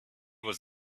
was